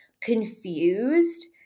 confused